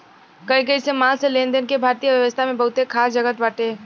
कही कही से माल के लेनदेन के भारतीय अर्थव्यवस्था में बहुते खास जगह बाटे